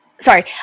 Sorry